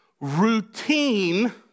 routine